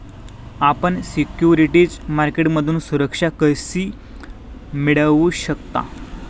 आपण सिक्युरिटीज मार्केटमधून सुरक्षा कशी मिळवू शकता?